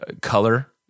color